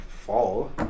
fall